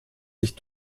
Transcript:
sich